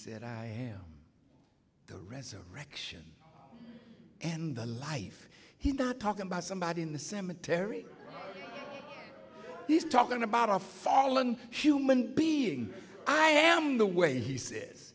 said i am the resurrection and the life he's not talking about somebody in the cemetery he's talking about a fallen human being i am the way he says